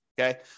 Okay